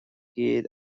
gcéad